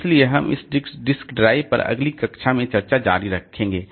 इसलिए हम इस डिस्क ड्राइव पर अगली कक्षा में चर्चा जारी रखेंगे